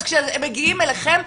אז כשמגיעים אליכם,